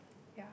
yeah